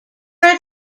are